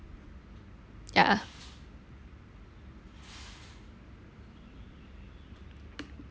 ya